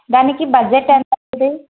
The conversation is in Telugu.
దానికి బడ్జెట్ ఎంత అవుతుంది